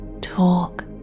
talk